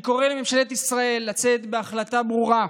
אני קורא לממשלת ישראל לצאת בהחלטה ברורה.